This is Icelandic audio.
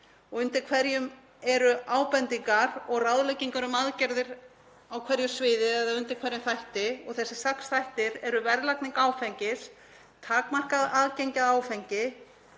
og undir hverjum eru ábendingar og ráðleggingar um aðgerðir á hverju sviði eða undir hverjum þætti. Þessir sex þættir eru verðlagning áfengis, takmarkað aðgengi að áfengi,